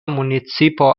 municipo